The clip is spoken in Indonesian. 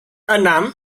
enam